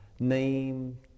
name